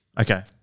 Okay